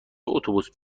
اتوبوس